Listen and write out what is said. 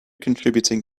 contributing